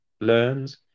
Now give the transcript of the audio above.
learns